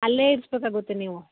ಅಲ್ಲೇ ಇರಿಸಬೇಕಾಗುತ್ತೆ ನೀವು